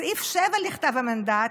סעיף 7 לכתב המנדט